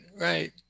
right